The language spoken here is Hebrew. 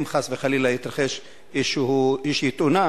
אם חס וחלילה תתרחש איזו תאונה